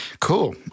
Cool